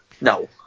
No